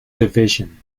division